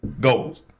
goals